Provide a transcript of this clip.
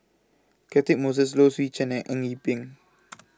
Catchick Moses Low Swee Chen and Eng Yee Peng